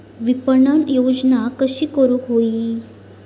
विपणन योजना कशी करुक होई?